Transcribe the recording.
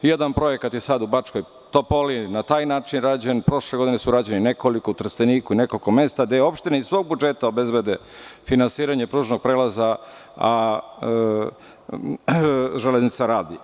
Jedan projekat je sad u Bačkoj Topoli na taj način rađen, prošle godine je rađeno nekoliko, u Trsteniku i nekoliko mesta, gde opštine iz svog budžeta obezbede finansiranje pružnog prelaza, a Železnica radi.